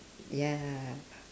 ya